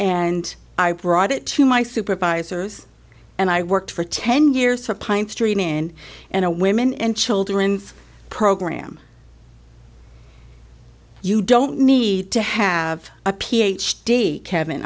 and i brought it to my supervisors and i worked for ten years for pine street in in a women and children's program you don't need to have a ph d kevin